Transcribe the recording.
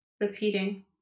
repeating